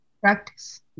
Practice